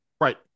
Right